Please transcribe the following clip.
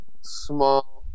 small